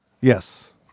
Yes